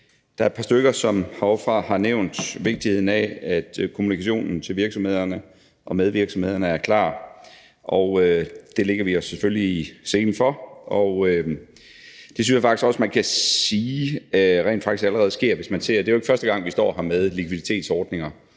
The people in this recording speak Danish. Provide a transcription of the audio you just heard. Der er et par stykker, som heroppefra har nævnt vigtigheden af, at kommunikationen til virksomhederne og med virksomhederne er klar, og det lægger vi os selvfølgelig i selen for. Det synes jeg også man kan sige rent faktisk allerede sker. Det er jo ikke første gang, vi står her med likviditetsordninger;